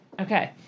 Okay